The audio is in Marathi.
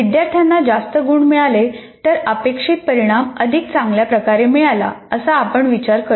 विद्यार्थ्यांना जास्त गुण मिळाले तर अपेक्षित परिणाम अधिक चांगल्या प्रकारे मिळाला असा आपण विचार करतो